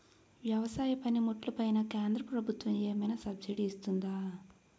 వ్యవసాయ పనిముట్లు పైన కేంద్రప్రభుత్వం ఏమైనా సబ్సిడీ ఇస్తుందా?